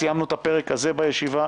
סיימנו את הפרק הזה בישיבה.